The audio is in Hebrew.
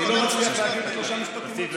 אני לא מצליח להגיד שלושה משפטים רצוף.